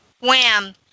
wham